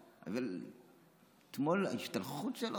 אתמול ההשתלחות שלו,